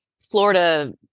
florida